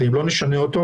ואם לא נשנה אותו,